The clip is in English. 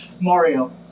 Mario